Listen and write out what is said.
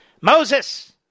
Moses